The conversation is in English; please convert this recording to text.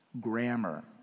grammar